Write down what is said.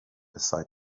aside